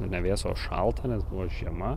nu ne vėsu o šalta nes buvo žiema